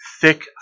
Thick